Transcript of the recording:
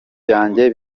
byanjye